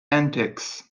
antics